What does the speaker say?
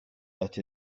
that